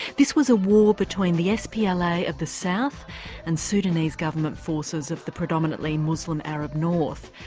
this was a war between the spla of the south and sudanese government forces of the predominantly muslim arab north,